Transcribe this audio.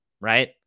right